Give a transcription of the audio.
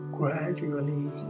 gradually